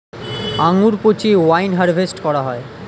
আঙ্গুর পচিয়ে wine harvest করা হয়